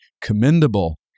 commendable